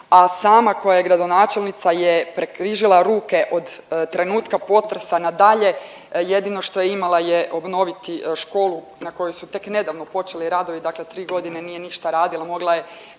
a sama koja je gradonačelnica je prekrižila ruke od trenutka potresa nadalje, jedino što je imala je obnoviti školu na kojoj su tek nedavno počeli radovi, dakle 3.g. nije ništa radila, mogla je